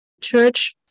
church